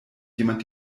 jemand